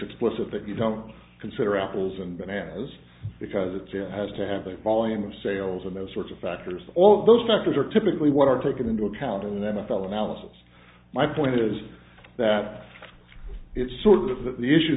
explicit that you don't consider apples and bananas because it has to have a volume of sales and those sorts of factors all those doctors are typically what are taken into account in n f l analysis my point is that it's sort of that the issue